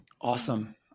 Awesome